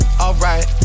alright